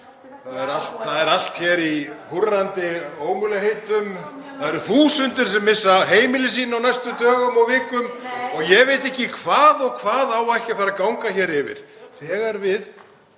Það er allt hér í húrrandi ómögulegheitum, það eru þúsundir sem missa heimili sín á næstu dögum og vikum (IngS: Nei.) og ég veit ekki hvað og hvað á ekki að fara að ganga hér yfir þegar við,